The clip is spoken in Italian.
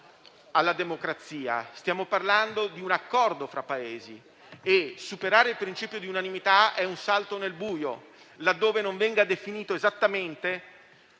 alla democrazia, ma di un accordo tra Paesi e il superamento del principio di unanimità è un salto nel buio laddove non venga definito esattamente